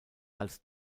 als